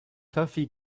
toffee